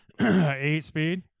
Eight-speed